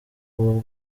ubu